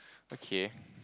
okay